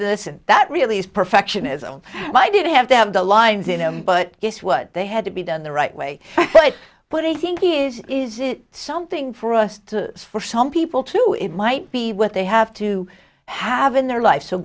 yeah that really is perfectionism but i did have to have the lines in him but guess what they had to be done the right way but i think it is is it something for us to for some people to do it might be what they have to have in their life so